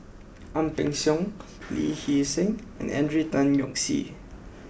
Ang Peng Siong Lee Hee Seng and Henry Tan Yoke See